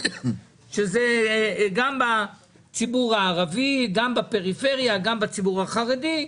אם זה בציבור הערבי, בפריפריה ובציבור החרדי.